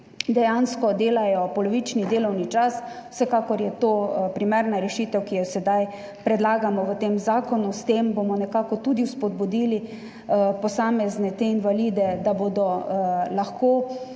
dejansko delajo polovični delovni čas. Vsekakor je to primerna rešitev, ki jo sedaj predlagamo v tem zakonu. S tem bomo nekako tudi spodbudili posamezne invalide, da bodo lahko,